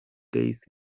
days